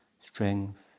strength